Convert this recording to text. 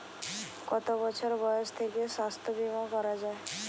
কত বছর বয়স থেকে স্বাস্থ্যবীমা করা য়ায়?